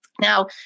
Now